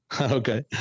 Okay